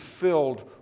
filled